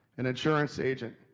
an insurance agent,